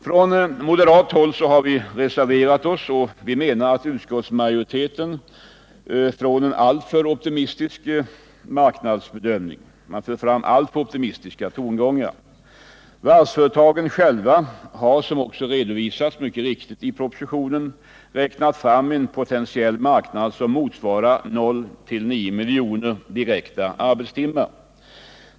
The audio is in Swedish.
Från moderat håll har vi reserverat oss och menar att utskottsmajoriteten utgår från en alltför optimistisk marknadsbedömning, för fram alltför optimistiska tongångar. Varvsföretagen själva har —-som mycket riktigt också redovisas i propositionen — räknat fram en potentiell marknad som motsvarar 0-9 miljoner direkta arbetstimmar.